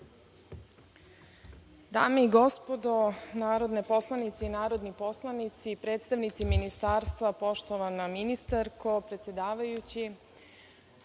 Dame i gospodo narodne poslanice i narodni poslanici, predstavnici Ministarstva, poštovana ministarko, predsedavajući,